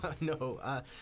No